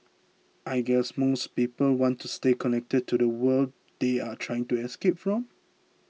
I guess most people want to stay connected to the world they are trying to escape from